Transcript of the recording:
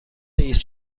رییس